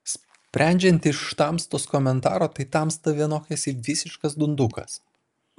sprendžiant iš tamstos komentaro tai tamsta vienok esi visiškas dundukas